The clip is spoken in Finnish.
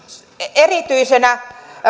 erityisenä